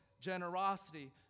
generosity